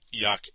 yuck